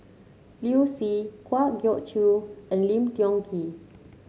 Liu Si Kwa Geok Choo and Lim Tiong Ghee